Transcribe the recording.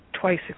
twice